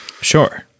Sure